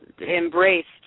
embraced